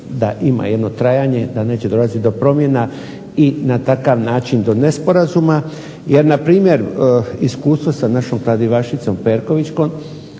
da ima jedno trajanje, da neće dolaziti do promjena i na takav način do nesporazuma. Jer na primjer, iskustvo sa našom kladivašicom Perkovićkom